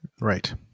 Right